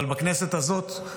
אבל בכנסת הזאת,